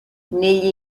negli